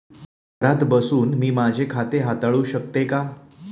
घरात बसून मी माझे खाते हाताळू शकते का?